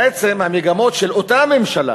בעצם, המגמות של אותה הממשלה